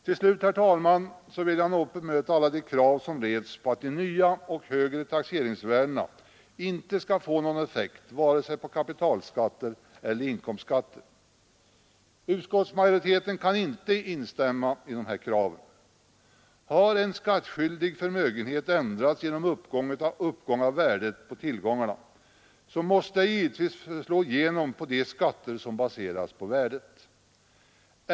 Till slut, herr talman, vill jag något bemöta alla de krav som rests på att nya och högre taxeringsvärden inte skall få någon effekt vare sig på kapitalskatter eller inkomstskatter. Utskottsmajoriteten kan inte instämma i dessa krav. Har en skattskyldigs förmögenhet ändrats genom uppgång av värdet på hans tillgångar måste det givetvis slå igenom på de skatter som baseras på värdet.